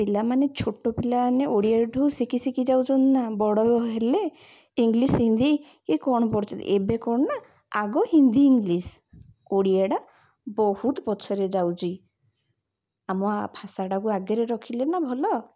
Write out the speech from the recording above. ପିଲାମାନେ ଛୋଟ ପିଲାମାନେ ଓଡ଼ିଆଠୁ ଶିଖିଶିଖି ଯାଉଛନ୍ତି ନା ବଡ଼ ହେଲେ ଇଂଲିଶ୍ ହିନ୍ଦୀ ଇଏ କ'ଣ ପଢୁଛନ୍ତି ଏବେ କ'ଣ ନା ଆଗ ହିନ୍ଦୀ ଇଂଲିଶ୍ ଓଡ଼ିଆଟା ବହୁତ ପଛରେ ଯାଉଛି ଆମ ଭାଷାଟାକୁ ଆଗରେ ରଖିଲେ ନା ଭଲ